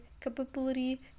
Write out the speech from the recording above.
capability